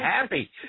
happy